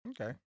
Okay